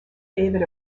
david